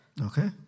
Okay